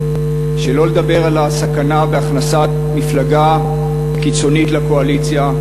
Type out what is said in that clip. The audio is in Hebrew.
שלא לדבר על הסכנה בהכנסת מפלגה קיצונית לקואליציה,